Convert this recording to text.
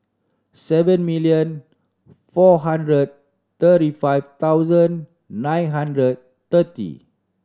seven million four hundred thirty five thousand nine hundred thirty